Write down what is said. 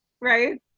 Right